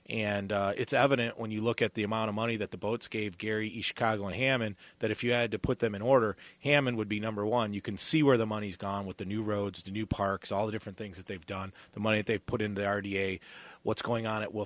and it's evident when you look at the amount of money that the boats gave gary skogland hammon that if you had to put them in order hammond would be number one you can see where the money's gone with the new roads the new parks all the different things that they've done the money they've put in there already a what's going on it will